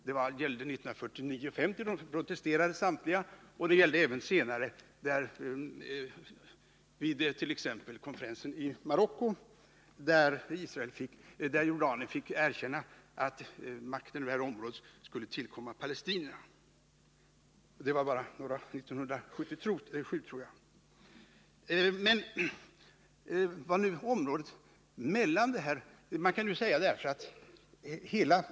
Det gällde 1949 och 1950 — då protesterade samtliga — och även senare vid t.ex. konferensen i Marocko, där Jordanien fick erkänna att makten över området skulle tillkomma palestinierna. Det var 1977, tror jag.